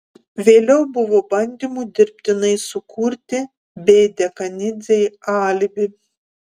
vėliau buvo bandymų dirbtinai sukurti b dekanidzei alibi